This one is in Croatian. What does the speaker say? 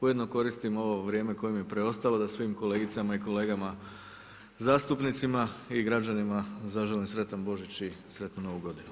Ujedno koristim ovo vrijeme koje mi je preostalo da svim kolegicama i kolegama zastupnicima i građanima zaželim sretan Božić i sretnu novu godinu.